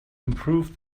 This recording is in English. improve